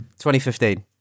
2015